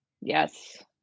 Yes